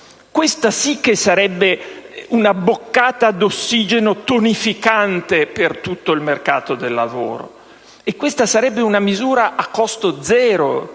Questa sì che sarebbe una boccata di ossigeno tonificante per tutto il mercato del lavoro. E sarebbe una misura acosto zero